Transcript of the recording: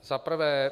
Za prvé.